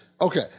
Okay